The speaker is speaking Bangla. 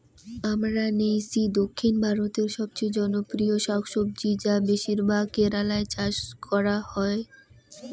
আমরান্থেইসি দক্ষিণ ভারতের সবচেয়ে জনপ্রিয় শাকসবজি যা বেশিরভাগ কেরালায় চাষ করা হয়